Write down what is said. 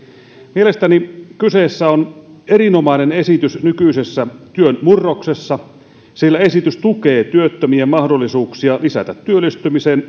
mielestäni kyseessä on erinomainen esitys nykyisessä työn murroksessa sillä esitys tukee työttömien mahdollisuuksia lisätä työllistymisen